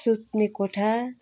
सुत्ने कोठा